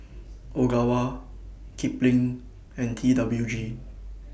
Ogawa Kipling and T W G